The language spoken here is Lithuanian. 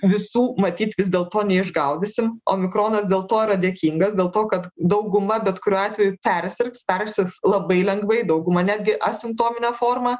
visų matyt vis dėlto neišgaudysim omikronas dėl to yra dėkingas dėl to kad dauguma bet kuriuo atveju persirgs persirgs labai lengvai dauguma netgi asimptomine forma